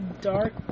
dark